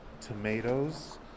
tomatoes